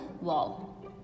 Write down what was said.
wall